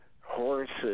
horses